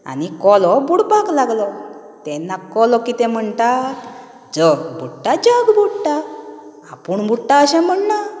आनी कोलो बुडपाक लागलो तेन्ना कोलो कितें म्हणटा जग बुडटा जग बुडटा आपूण बुडटा अशें म्हणना